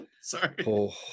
Sorry